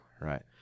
Right